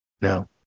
No